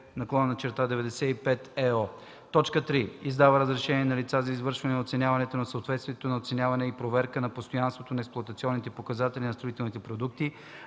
Решение № 3052/95/ЕО; 3. издава разрешения на лица за извършване на оценяване на съответствието и на оценяване и проверка на постоянството на експлоатационните показатели на строителните продукти,